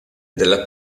della